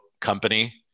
company